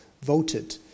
voted